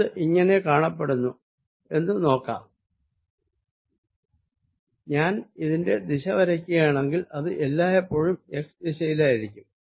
ഇത് എങ്ങിനെ കാണപ്പെടുന്നു എന്ന് നമുക്ക് നോക്കാം ഞാൻ ഇതിന്റെ ദിശ വരയ്ക്കുകയാണെങ്കിൽ അത് എല്ലായെപ്പോഴും x ദിശയിലായിരിക്കും